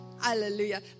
hallelujah